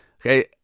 Okay